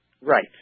Right